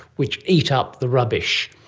which eat up the rubbish.